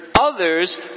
others